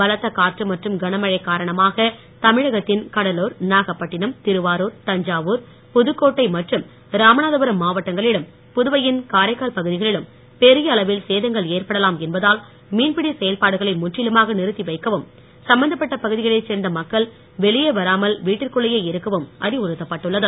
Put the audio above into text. பலத்த காற்று மற்றும் கனமழை காரணமாக தமிழகத்தின் கடலுர் நாகப்பட்டிணம் திருவாருர் தஞ்சாவுர் புதுக்கோட்டை மற்றும் ராமநாதபுரம் மாவட்டங்களிலும் புதுவையின் காரைக்கால் பகுதிகளிலும் பெரிய அளவில் சேதங்கள் ஏற்படலாம் என்பதால் மீன்பிழ செயல்பாடுகளை முற்றிலுமாக நிறுத்தி வைக்கவும் சம்பந்தப்பட்ட பகுதிகளைச் சேர்ந்த மக்கள் வெளியே வராமல் வீட்டிற்குள்ளேயே இருக்கவும் அறிவுறுத்தப்பட்டுள்ளது